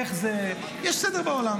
איך זה, יש סדר בעולם.